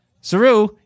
Saru